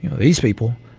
you know these people,